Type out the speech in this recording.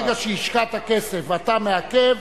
ברגע שהשקעת כסף ואתה מעכב,